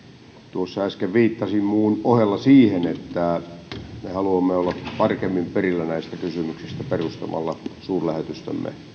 tuossa äsken viittasi muun ohella siihen että me haluamme olla tarkemmin perillä näistä kysymyksistä perustamalla suurlähetystömme